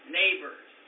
neighbors